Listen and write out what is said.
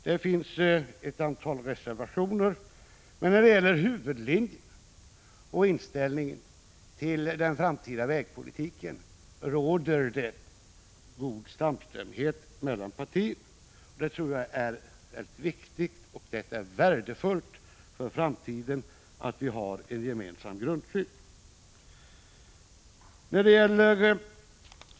Det finns ett antal reservationer, men när det gäller huvudlinjerna och inställningen till den framtida vägpolitiken råder det god samstämmighet mellan partierna. Jag tror att det är värdefullt för framtiden att vi har en gemensam grundsyn.